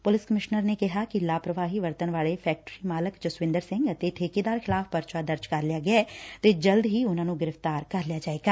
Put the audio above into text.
police commissioner ਨੇ ਕਿਹਾ ਕਿ ਲਾਪਰਵਾਹੀ ਵਰਤਣ ਵਾਲੇ ਫੈਕਟਰੀ ਮਾਲਕ ਜਸਵਿੰਦਰ ਸਿੰਘ ਅਤੇ ਠੇਕੇਦਾਰ ਖਿਲਾਫ਼ ਪਰਚਾ ਦਰਜ ਕਰ ਲਿਐ ਤੇ ਜਲਦ ਹੀ ਉਨ੍ਹਾਂ ਨ੍ਹੇਂ ਗ੍ਰਿਫ਼ਤਾਰ ਕਰ ਲਿਆ ਜਾਵੇਗਾ